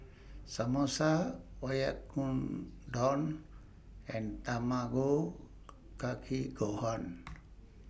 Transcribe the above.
Samosa Oyakodon and Tamago Kake Gohan